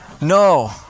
No